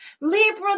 libra